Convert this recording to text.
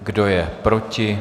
Kdo je proti?